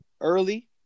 early